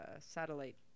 satellite